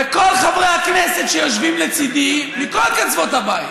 וכל חברי הכנסת שיושבים לצידי, מכל קצוות הבית,